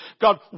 God